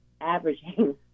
averaging